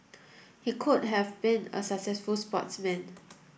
he could have been a successful sportsman